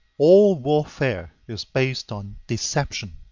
all warfare is based on deception.